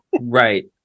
Right